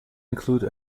include